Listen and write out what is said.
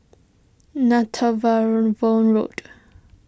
Road